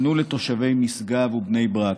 תנו לתושבי משגב ובני ברק,